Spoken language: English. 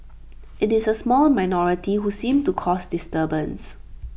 IT is A small minority who seem to cause disturbance